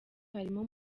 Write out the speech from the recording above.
harimo